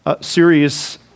series